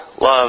love